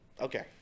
Okay